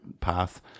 path